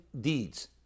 deeds